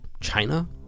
China